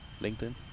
LinkedIn